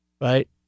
Right